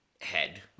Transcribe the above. head